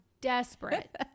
desperate